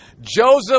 Joseph